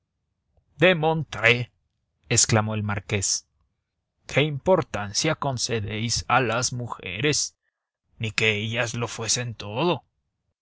demontre exclamó el marqués qué importancia concedéis a las mujeres ni que ellas lo fuesen todo